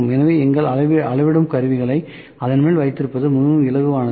எனவே எங்கள் அளவிடும் கருவிகளை அதன் மேல் வைத்திருப்பது மிகவும் இலகுவானது